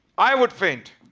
i would faint.